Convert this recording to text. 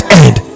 end